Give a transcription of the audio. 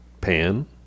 Pan